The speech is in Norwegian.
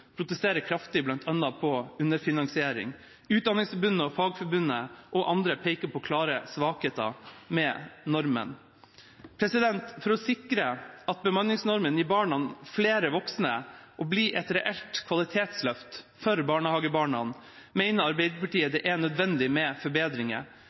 kraftig, bl.a. mot underfinansiering. Utdanningsforbundet og Fagforbundet og andre peker på klare svakheter ved normen. For å sikre at bemanningsnormen gir barna flere voksne og blir et reelt kvalitetsløft for barnehagebarna, mener Arbeiderpartiet